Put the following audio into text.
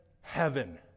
heaven